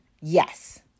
yes